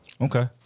okay